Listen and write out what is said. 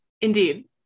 Indeed